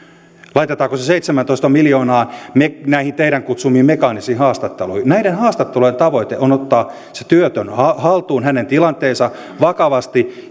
laitetaanko se seitsemäntoista miljoonaa näihin teidän kutsumiinne mekaanisiin haastatteluihin näiden haastatteluiden tavoite on ottaa se työtön haltuun hänen tilanteensa vakavasti